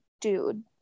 Dude